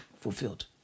fulfilled